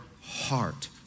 heart